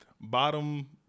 bottom